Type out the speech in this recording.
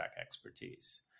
expertise